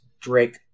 Drake